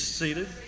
seated